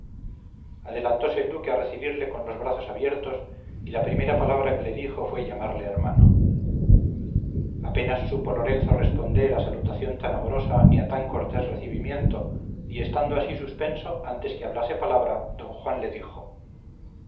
adelantóse el duque a recebirle con los brazos abiertos y la primera palabra que le dijo fue llamarle hermano apenas supo lorenzo responder a salutación tan amorosa ni a tan cortés recibimiento y estando así suspenso antes que hablase palabra don juan le dijo